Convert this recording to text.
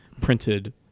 printed-